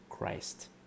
Christ